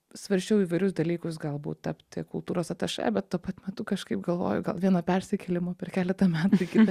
svarsčiau įvairius dalykus galbūt tapti kultūros atašė bet tuo pat metu kažkaip galvoju gal vieno persikėlimo per keletą metų į kitą